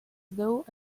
though